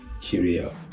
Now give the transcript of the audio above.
cheerio